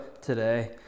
today